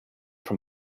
from